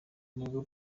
nibwo